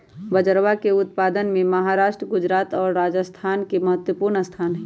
बजरवा के उत्पादन में महाराष्ट्र गुजरात और राजस्थान के महत्वपूर्ण स्थान हई